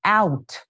out